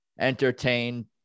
entertain